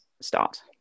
start